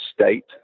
state